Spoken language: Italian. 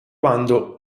quando